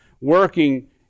working